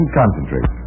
concentrate